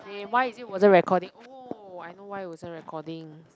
eh why is it wasn't recording oh I know why wasn't recording